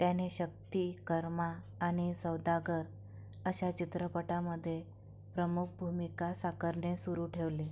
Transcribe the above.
त्याने शक्ती कर्मा आणि सौदागर अशा चित्रपटामध्ये प्रमुख भूमिका साकारणे सुरू ठेवले